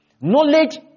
Knowledge